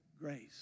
grace